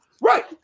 Right